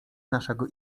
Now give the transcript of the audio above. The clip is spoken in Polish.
naszego